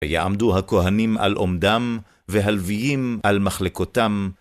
ויעמדו הכהנים על עומדם, והלוויים על מחלקותם,